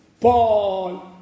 Paul